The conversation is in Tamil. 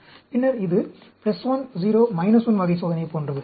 பின்னர் இது உங்கள் 1 0 1 வகை சோதனை போன்றது